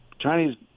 Chinese